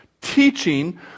teaching